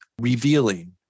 revealing